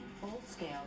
full-scale